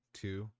two